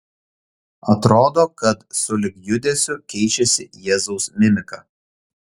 atrodo kad sulig judesiu keičiasi jėzaus mimika